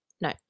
No